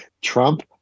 Trump